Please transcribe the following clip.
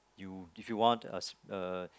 you if you want us uh